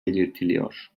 belirtiliyor